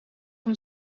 van